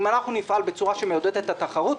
אם אנחנו נפעל בצורה שמעודדת את התחרות,